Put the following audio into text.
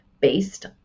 based